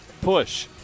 Push